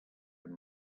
him